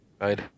Right